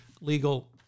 legal